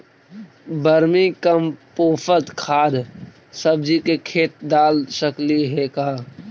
Vermi compost खाद सब्जी के खेत दाल सकली हे का?